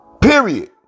Period